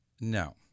no